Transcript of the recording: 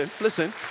listen